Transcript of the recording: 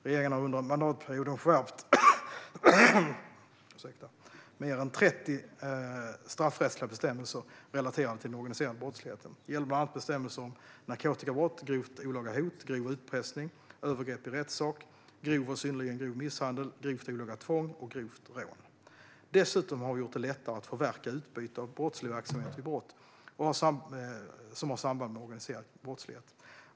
Regeringen har under mandatperioden skärpt fler än 30 straffrättsliga bestämmelser relaterade till den organiserade brottsligheten. Det gäller bland annat bestämmelser om narkotikabrott, grovt olaga hot, grov utpressning, övergrepp i rättssak, grov och synnerligen grov misshandel, grovt olaga tvång och grovt rån. Dessutom har vi gjort det lättare att förverka utbyte av brottslig verksamhet vid brott som har samband med organiserad brottslighet.